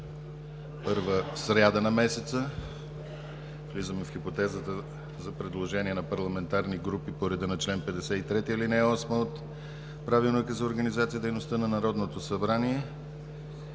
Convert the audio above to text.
първа сряда на месеца, влизаме в хипотезата за предложения на парламентарните групи по реда на чл. 53, ал. 8 от Правилника за организацията и дейността на Народното събрание